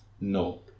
No